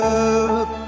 up